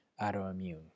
autoimmune